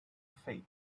fate